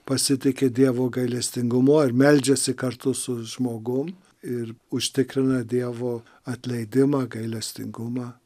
pasitiki dievo gailestingumu ar meldžiasi kartu su žmogum ir užtikrina dievo atleidimą gailestingumą